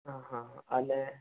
હા હા અને